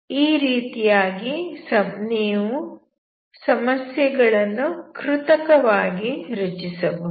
ಈ ರೀತಿಯಾಗಿ ನೀವು ಸಮಸ್ಯೆಗಳನ್ನು ಕೃತಕವಾಗಿ ರಚಿಸಬಹುದು